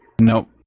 Nope